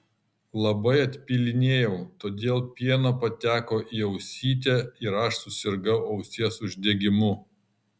labai atpylinėjau todėl pieno pateko į ausytę ir aš susirgau ausies uždegimu